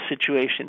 situation